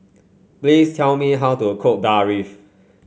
please tell me how to cook Barfi